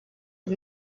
and